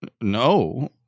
No